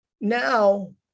now